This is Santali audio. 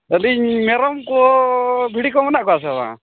ᱟᱹᱞᱤᱧ ᱢᱮᱨᱚᱢᱠᱚ ᱵᱷᱤᱰᱤᱠᱚ ᱢᱮᱱᱟᱜ ᱠᱚᱣᱟ ᱥᱮ ᱵᱟᱝ